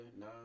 No